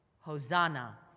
Hosanna